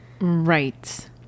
Right